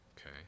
Okay